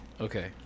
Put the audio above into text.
Okay